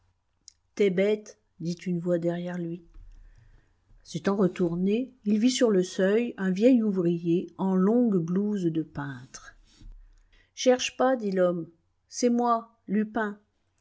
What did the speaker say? t'es bête dit une voix derrière lui s'étant retourné il vit sur le seuil un vieil ouvrier en longue blouse de peintre cherche pas dit l'homme c'est moi lupin